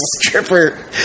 stripper